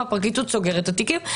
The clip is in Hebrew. הפרקליטות סוגרת את התיקים,